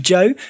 Joe